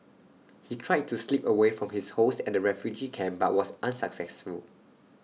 he tried to slip away from his hosts at the refugee camp but was unsuccessful